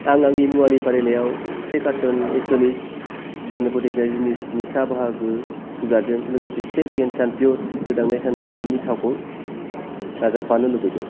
आं आंनि मुवानि फारिलाइयाव से कारट'न एस्ट'निश बिजानु फोथैग्रा जिनिसनि सा बाहागो सुग्राजों लोगोसे बे केन सानप्युर सोदांनाय सानबिबारनि थावखौ दाजाबफानो लुबैदों